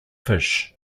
fish